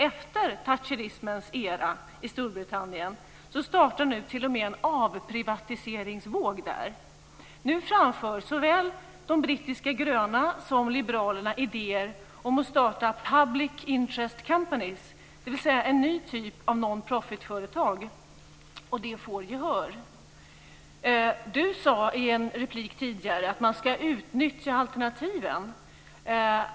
Efter thatcherismens era i Storbritannien startar nu t.o.m. en avprivatiseringsvåg där. Nu framför såväl de brittiska gröna som liberalerna idéer om att starta public interest companies, dvs. en ny typ av non profit-företag. Och det får gehör. Bo Lundgren sade i en replik tidigare att man ska utnyttja alternativen.